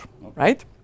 right